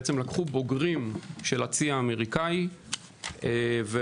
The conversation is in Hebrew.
לקחו בוגרים של הצי האמריקני והכשירו